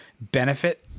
benefit